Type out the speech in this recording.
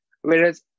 Whereas